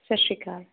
ਸਤਿ ਸ਼੍ਰੀ ਅਕਾਲ